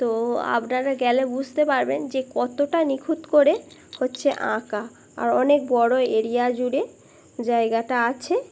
তো আপনারা গেলে বুঝতে পারবেন যে কতটা নিখুঁত করে হচ্ছে আঁকা আর অনেক বড়ো এরিয়া জুড়ে জায়গাটা আছে